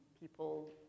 people